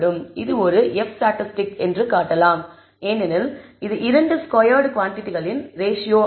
இது ஒரு F statistic என்று காட்டலாம் ஏனெனில் இது இரண்டு ஸ்கொயர்ட் குவாண்டிடிகளின் ரேஷியோ ஆகும்